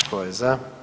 Tko je za?